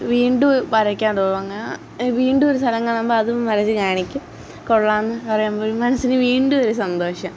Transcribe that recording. വീണ്ടും വരക്കാൻ തോന്നും അങ്ങനെ വീണ്ടും ഒര് സ്ഥലം കാണുമ്പോൾ അതും വരച്ച് കാണിക്കും കൊള്ളാം എന്ന് പറയുമ്പോഴ് മനസ്സിന് വീണ്ടും ഒര് സന്തോഷം